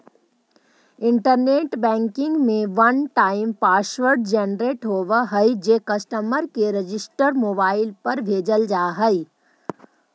internet banking में one time password generate होवऽ हइ जे कस्टमर के रजिस्टर्ड मोबाइल पर भेजल जा हइ